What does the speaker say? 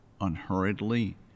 unhurriedly